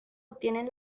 obtienen